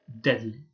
Deadly